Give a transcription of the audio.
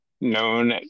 known